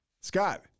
Scott